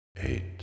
Eight